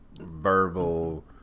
verbal